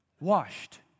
Washed